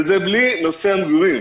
וזה בלי נושא המגורים,